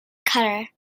color